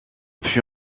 fut